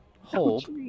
Hold